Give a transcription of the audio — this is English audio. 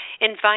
invite